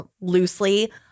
loosely –